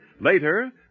Later